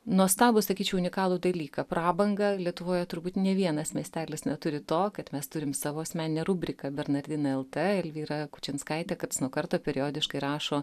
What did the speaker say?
nuostabų sakyčiau unikalų dalyką prabangą lietuvoje turbūt nė vienas miestelis neturi to kad mes turim savo asmeninę rubriką bernardinai el t elvyra kučinskaitė karts nuo karto periodiškai rašo